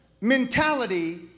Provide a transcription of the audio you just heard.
mentality